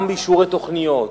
גם באישורי תוכניות,